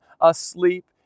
asleep